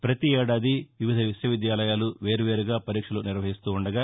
ప్రతి ఏడాది వివిధ విశ్వవిద్యాలయాలు వేర్వేరుగా పరీక్షలు నిర్వహిస్తుండగా